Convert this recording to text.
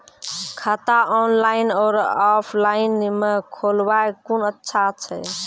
खाता ऑनलाइन और ऑफलाइन म खोलवाय कुन अच्छा छै?